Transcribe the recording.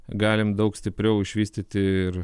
galim daug stipriau išvystyti ir